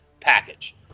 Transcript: package